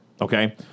Okay